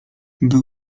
był